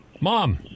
Mom